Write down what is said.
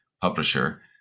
publisher